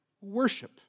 worship